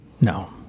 No